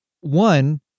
one